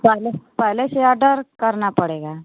पहले पहले से अडर करना पड़ेगा